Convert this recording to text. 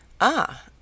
Ah